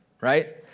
right